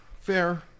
Fair